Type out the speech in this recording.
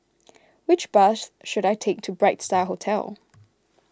which bus should I take to Bright Star Hotel